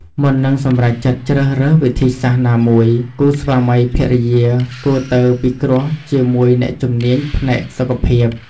មុននឹងសម្រេចចិត្តជ្រើសរើសវិធីសាស្ត្រណាមួយ គូស្វាមីភរិយាគួរទៅពិគ្រោះជាមួយអ្នកជំនាញផ្នែកសុខភាព។